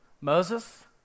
Moses